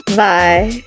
bye